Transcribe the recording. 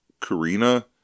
Karina